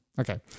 Okay